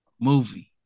movie